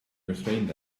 restrained